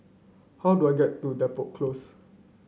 how do I get to Depot Close